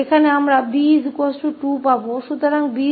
तो यहाँ हम B 2 के रूप में प्राप्त करेंगे